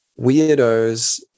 weirdos